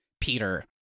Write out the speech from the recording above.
Peter